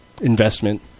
investment